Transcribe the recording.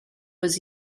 was